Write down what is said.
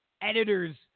editor's